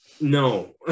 No